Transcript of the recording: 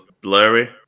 blurry